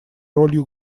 ролью